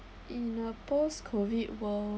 in a post-COVID world